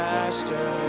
Master